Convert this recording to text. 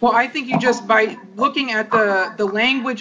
well i think just by looking at the language